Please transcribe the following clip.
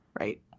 Right